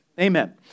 Amen